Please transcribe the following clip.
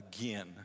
again